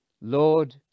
Lord